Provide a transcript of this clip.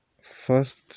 first